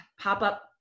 pop-up